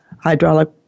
hydraulic